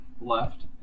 left